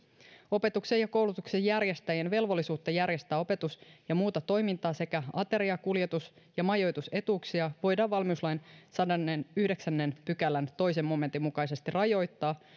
opetuksen ja koulutuksen järjestäjien velvollisuutta järjestää opetus ja muuta toimintaa sekä ateria kuljetus ja majoitusetuuksia voidaan valmiuslain sadannenyhdeksännen pykälän toisen momentin mukaisesti rajoittaa